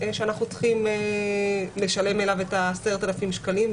שאנחנו צריכים לשלם אליו את ה-10,000 שקלים,